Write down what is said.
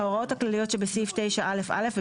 וההוראות הכלליות שבסעיף 9א(א) לפקודה,